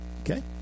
okay